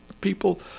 People